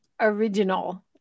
original